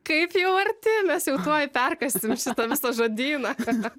kaip jau arti mes jau tuoj perkąsim šitą visą žodyną